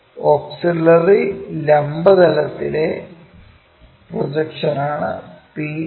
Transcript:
auxiliary ലംബ തലത്തിലെ പ്രൊജക്ഷനാണ് p1